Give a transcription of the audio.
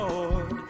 Lord